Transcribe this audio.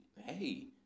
hey